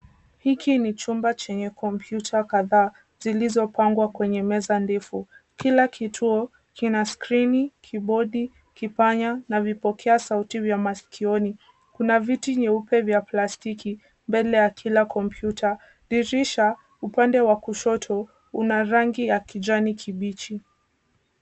Hiki ni chumba chenye kompyuta kadhaa zilizopangwa kwenye meza ndefu. Kila kituo kina skrini, kibodi, kipanya na vipokea sauti vya maskioni. Kuna viti nyeupe vya plastiki mbele ya kila kompyuta. Dirisha upande wa kushoto una rangi ya kijani kibichi.